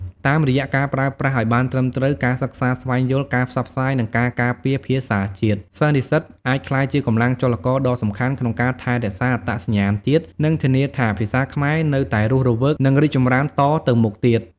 តាមរយៈការប្រើប្រាស់ឱ្យបានត្រឹមត្រូវ ការសិក្សាស្វែងយល់ ការផ្សព្វផ្សាយ និងការការពារភាសាជាតិ សិស្សនិស្សិតអាចក្លាយជាកម្លាំងចលករដ៏សំខាន់ក្នុងការថែរក្សាអត្តសញ្ញាណជាតិ និងធានាថាភាសាខ្មែរនៅតែរស់រវើក និងរីកចម្រើនតទៅមុខទៀត។